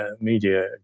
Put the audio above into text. media